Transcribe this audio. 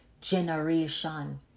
generation